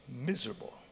miserable